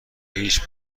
هیچ